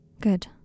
Good